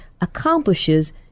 accomplishes